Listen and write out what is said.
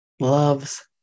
loves